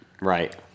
Right